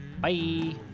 Bye